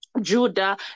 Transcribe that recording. Judah